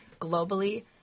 globally